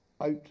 out